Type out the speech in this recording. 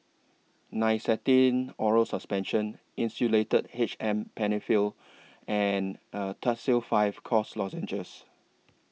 Nystatin Oral Suspension Insulatard H M Penifill and Tussils five Cough Lozenges